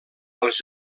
als